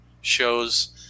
shows